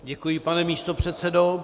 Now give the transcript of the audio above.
Děkuji, pane místopředsedo.